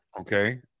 Okay